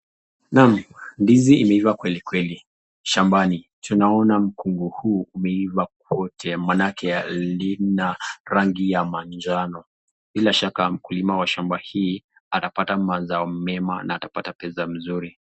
Naam, ndizi imeiva kwelikweli shambani. Tunaona mkungu huu umeiva kote, maanake lina rangi ya manjano. Bila shaka, mkulima wa shamba hii atapata mazao mema na atapata pesa mzuri.